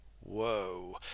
Whoa